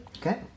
Okay